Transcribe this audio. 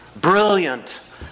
brilliant